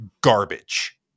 garbage